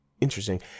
interesting